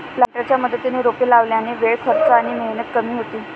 प्लांटरच्या मदतीने रोपे लावल्याने वेळ, खर्च आणि मेहनत कमी होते